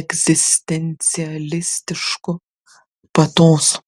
egzistencialistišku patosu